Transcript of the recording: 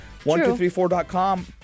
1234.com